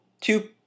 two